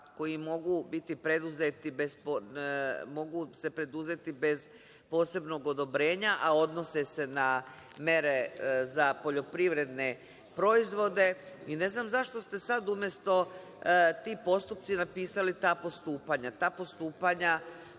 koji mogu biti preduzeti bez posebnog odobrenja, a odnose se na mere za poljoprivredne proizvode, i ne znam zašto ste sada umesto - ti postupci, napisali – ta postupanja.